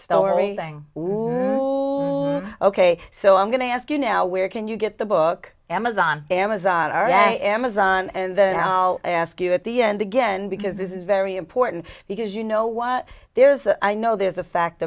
story thing we know ok so i'm going to ask you now where can you get the book amazon amazon or amazon and then i'll ask you at the end again because this is very important because you know what there's a i know there's a fact